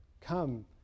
come